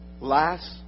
last